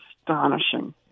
astonishing